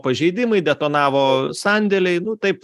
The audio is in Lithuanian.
pažeidimai detonavo sandėliai nu taip